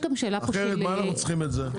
אחרת מה אנחנו צריכים את זה?